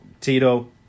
Tito